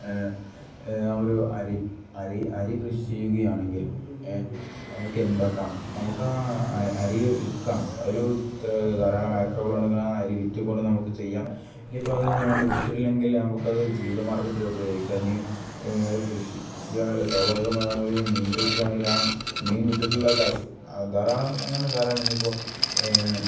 ഒരു അരി അരി അരി കൃഷി ചെയ്യുകയാണെങ്കിൽ നമുക്ക് എന്താക്കാം നമുക്ക് ആ അരി വിൽക്കാം ഒരു ധാരാളം ഏക്കറുകളുണ്ടങ്കിൽ ആ അരി വിറ്റുകൊണ്ട് നമുക്ക് ചെയ്യാം ഇപ്പം അത് വിറ്റിട്ടില്ലെങ്കിൽ നമുക്ക് അത് ജീവിത മാർഗ്ഗത്തിൽ ഉപയോഗിക്കാം ഇനി കൃഷി കൃഷിയാണല്ലോ സ്വാഭാവികമായി നമ്മൾ ഒരു മീൻ കൃഷിയാണെങ്കിൽ ആ മീൻ വിറ്റിട്ടുള്ള കാശ് ധാരാളം അങ്ങനെ ധാരാളം ഇനി ഇപ്പോൾ